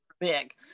big